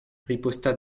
riposta